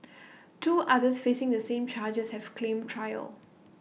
two others facing the same charges have claimed trial